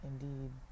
Indeed